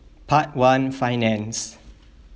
part one finance